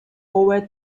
over